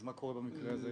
אז מה קורה במקרה הזה?